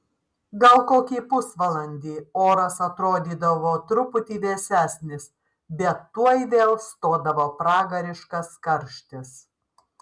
gal kokį pusvalandį oras atrodydavo truputį vėsesnis bet tuoj vėl stodavo pragariškas karštis